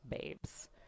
babes